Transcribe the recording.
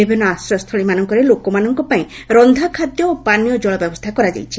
ବିଭିନ୍ନ ଆଶ୍ରୟସ୍ଥଳୀମାନଙ୍କରେ ଲୋକମାନଙ୍କୁ ରନ୍ଧା ଖାଦ୍ୟ ଓ ପାନୀୟ ଜଳ ବ୍ୟବସ୍ତା କରାଯାଇଛି